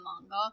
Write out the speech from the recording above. manga